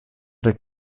tre